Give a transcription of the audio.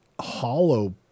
hollow